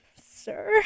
sir